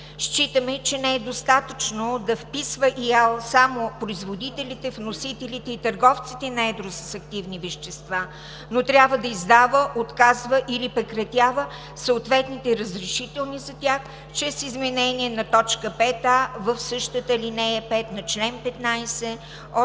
агенция по лекарствата да вписва само производителите, вносителите и търговците на едро с активни вещества, а трябва да издава, отказва или прекратява съответните разрешителни за тях чрез изменение на т. 5а в същата ал. 5 на чл. 17 от